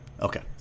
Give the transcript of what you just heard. Okay